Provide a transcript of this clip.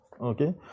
okay